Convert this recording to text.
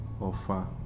offer